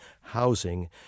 housing